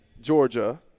Georgia